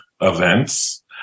events